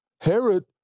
Herod